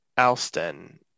Alston